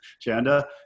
Chanda